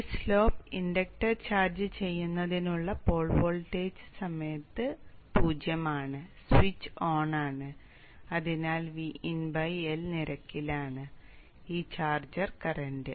ഈ slope inductor charge ചെയ്യുന്നതിനുള്ള pole voltage ആ സമയത്ത് 0 ആണ് സ്വിച്ച് ഓണാണ് അതിനാൽ Vin L നിരക്കിലാണ് ഈ ചാർജർ കറന്റ്